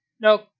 no